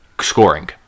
scoring